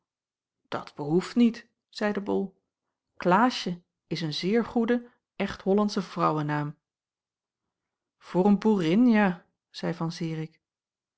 dat behoeft niet zeide bol klaasje is een zeer goede echt hollandsche vrouwenaam voor een boerin ja zeî van zirik